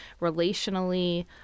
relationally